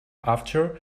after